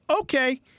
Okay